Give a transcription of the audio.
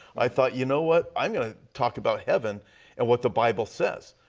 i thought you know what i am going to talk about heaven and what the bible says.